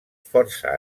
força